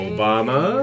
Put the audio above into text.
Obama